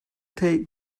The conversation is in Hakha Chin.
thei